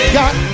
got